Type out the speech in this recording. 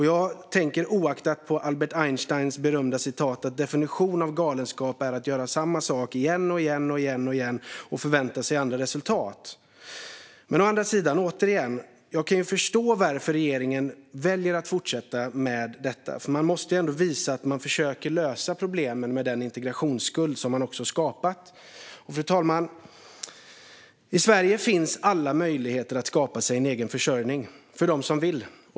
Jag tänker osökt på Albert Einsteins berömda ord att definitionen av galenskap är att göra samma sak igen och igen och förvänta sig andra resultat. Å andra sidan kan jag förstå varför regeringen väljer att fortsätta med detta. Man måste ändå visa att man försöker lösa problemen med den integrationsskuld som man skapat. Fru talman! I Sverige finns alla möjligheter att skapa sig en egen försörjning för dem som vill.